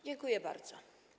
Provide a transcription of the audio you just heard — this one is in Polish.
Dziękuję bardzo.